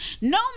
No